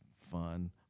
fun